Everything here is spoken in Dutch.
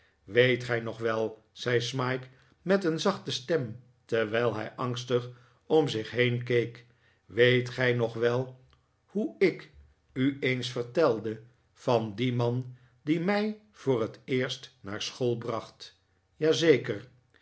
weet gij nog wel zei smike met een zachte stem terwijl hij angstig om zich heen keek weet gij nog wel hoe ik u eens vertelde van dien man die mij voor het eerst naar de school bracht